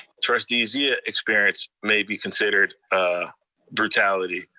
trustee zia experienced may be considered brutality.